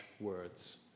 words